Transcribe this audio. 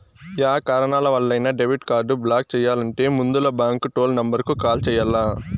yeah కారణాలవల్లైనా debit card block చెయ్యాలంటే ముందల బాంకు టోల్ నెంబరుకు కాల్ చెయ్యాల్ల